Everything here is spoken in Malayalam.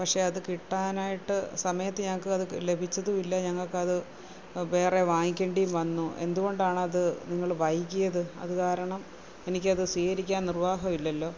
പക്ഷെ അത് കിട്ടാനായിട്ട് സമയത്ത് ഞങ്ങൾക്കത് ലഭിച്ചതുമില്ല ഞങ്ങൾക്കത് വേറെ വാങ്ങിക്കേണ്ടിയും വന്നു എന്തുകൊണ്ടാണത് നിങ്ങൾ വൈകിയത് അതു കാരണം എനിക്കത് സ്വീകരിക്കാൻ നിർവ്വാഹമില്ലല്ലോ